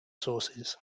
sources